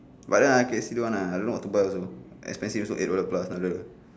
but then ah K_F_C don't want lah I don't know what to buy also expensive also eight dollar plus